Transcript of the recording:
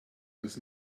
was